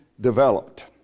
developed